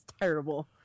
terrible